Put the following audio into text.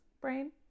brain